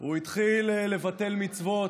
הוא התחיל לבטל מצוות,